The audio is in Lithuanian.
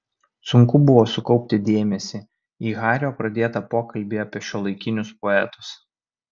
sunku buvo sukaupti dėmesį į hario pradėtą pokalbį apie šiuolaikinius poetus